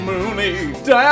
Mooney